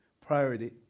Priority